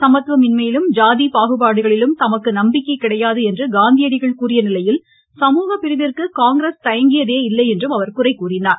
சமத்துவமின்மையிலும் ஜாதி பாகுபாடுகளிலும் தமக்கு நம்பிக்கை கிடையாது என்று காந்தியடிகள் கூறிய நிலையில் சமூக பிரிவிற்கு காங்கிரஸ் தயங்கியதே இல்லை என்றும் அவர் குறை கூறினார்